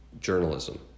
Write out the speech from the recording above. journalism